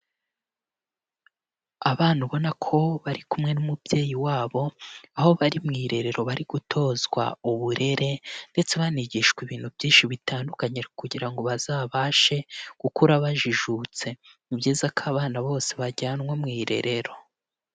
Abana ubona ko bari kumwe n'umubyeyi wabo, aho bari mu irerero, bari gutozwa uburere ndetse banigishwa ibintu byinshi bitandukanye kugira ngo bazabashe gukura bajijutse, ni byiza ko abana bose bajyanwa mu irerero.